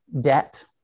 debt